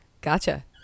Gotcha